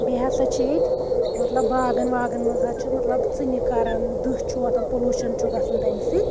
بیٚیہِ ہسا چھ ییٚتہِ مطلب باغن واغن منٛز حظ چھُ مطلب ژِنہِ کَران دُہ چھُ وۄتھان پُلۆشن چھُ گَژھان تمہِ سۭتۍ